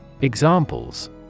examples